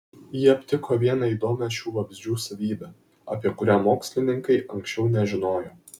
ji aptiko vieną įdomią šių vabzdžių savybę apie kurią mokslininkai anksčiau nežinojo